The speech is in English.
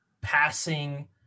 passing